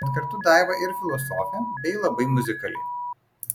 bet kartu daiva ir filosofė bei labai muzikali